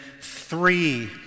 three